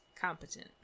competent